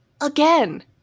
again